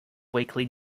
weekly